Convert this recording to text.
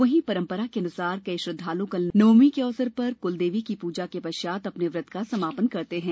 वहीं परम्परानुसार कई श्रद्धालु कल नवमी के अवसर पर कुल देवी की पूजा के पश्चात अपने व्रत का समापन करते हैं